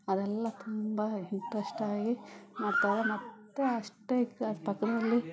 ಅದೆಲ್ಲ ತುಂಬ ಇಂಟ್ರೆಶ್ಟಾಗಿ ಮಾಡ್ತಾರೆ ಮತ್ತು ಅಷ್ಟೇ ಪಕ್ಕದಲ್ಲಿ